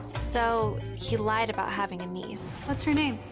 so he lied about having a niece. what's her name?